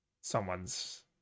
someone's